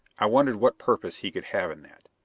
i wondered what purpose he could have in that.